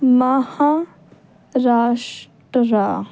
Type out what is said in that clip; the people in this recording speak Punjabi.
ਮਹਾਰਾਸ਼ਟਰਾ